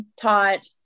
taught